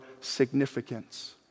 significance